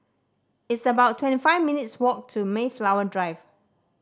it's about twenty five minutes' walk to Mayflower Drive